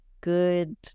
good